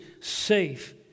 safe